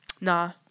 Nah